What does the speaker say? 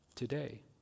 Today